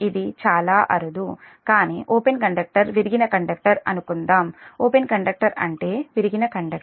ఇది చాలా అరుదు కానీ ఓపెన్ కండక్టర్ విరిగిన కండక్టర్ అనుకుందాం ఓపెన్ కండక్టర్ అంటే విరిగిన కండక్టర్